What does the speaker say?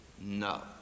No